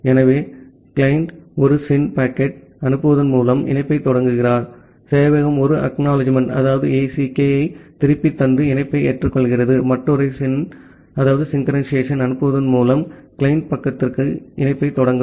ஆகவே கிளையன் ஒரு SYN பாக்கெட்டை அனுப்புவதன் மூலம் இணைப்பைத் தொடங்குகிறார் சேவையகம் ஒரு ACK ஐத் திருப்பித் தந்து இணைப்பை ஏற்றுக்கொள்கிறது மற்றொரு SYN ஐ அனுப்புவதன் மூலம் கிளையன்ட் பக்கத்திற்கான இணைப்பைத் தொடங்கவும்